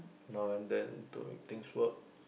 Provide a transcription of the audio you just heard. now and then to make things work